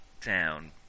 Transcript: town